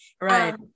Right